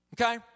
okay